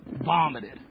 Vomited